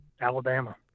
Alabama